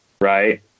right